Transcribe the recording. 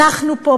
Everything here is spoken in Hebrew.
אנחנו פה,